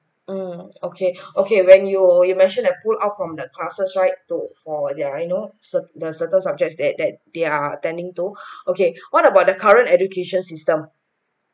mm okay okay when you you mentioned they pull out from the classes right to for their you know cert~ the certain subjects that that they're attending to okay what about the current education system